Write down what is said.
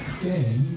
Day